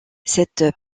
cette